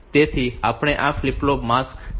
તેથી આપણને આ ફ્લિપ ફ્લોપ્સ માસ્ક 7